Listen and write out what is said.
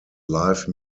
live